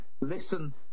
listen